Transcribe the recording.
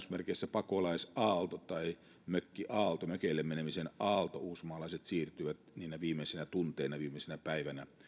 pakolaisaalto tai mökkiaalto mökeille menemisen aalto uusmaalaiset siirtyivät niinä viimeisinä tunteina viimeisenä päivänä